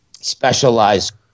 specialized